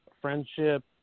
friendship